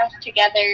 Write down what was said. together